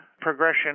progression